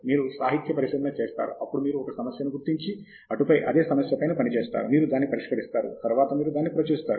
మీరు సాహిత్య పరిశీలన చేస్తారు అప్పుడు మీరు ఒక సమస్యను గుర్తించి అటుపై అదే సమస్య పైన పని చేస్తారు మీరు దాన్ని పరిష్కరిస్తారు తరువాత మీరు దానిని ప్రచురిస్తారు